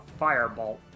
firebolt